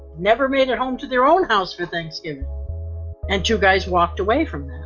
never made it home to their own house for thanksgiving and two guys walked away from